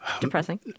depressing